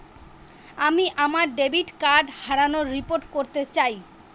আমি আমার debit card হারানোর রিপোর্ট করতে চাই